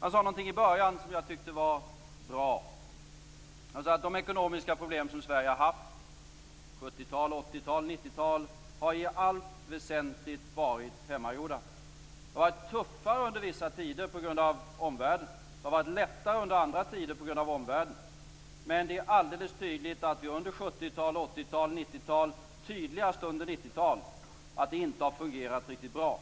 Han sade någonting i början som jag tyckte var bra. Han sade att de ekonomiska problem som Sverige har haft under 70-talet, 80-talet och 90-talet i allt väsentligt har varit hemmagjorda. Det har varit tuffare under vissa tider på grund av omvärlden. Det har varit lättare under andra tider på grund av omvärlden. Men det är alldeles tydligt att det under 70-talet, 80-talet och 90-talet - tydligast under 90-talet - inte har fungerat riktigt bra.